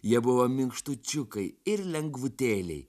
jie buvo minkštučiukai ir lengvutėliai